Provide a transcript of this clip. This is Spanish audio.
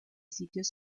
sitios